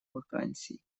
вакансий